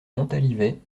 montalivet